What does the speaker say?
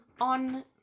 on